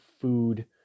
food